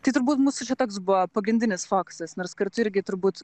tai turbūt mūsų čia toks buvo pagrindinis fokusas nors kartu irgi turbūt